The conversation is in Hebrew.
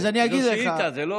זאת שאילתה, זה לא,